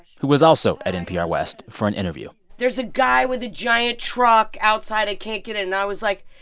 who was also at npr west for an interview there's a guy with a giant truck outside. i can't get in. and i was like,